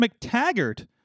mctaggart